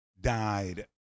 died